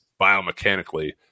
biomechanically